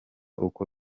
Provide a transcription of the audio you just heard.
uko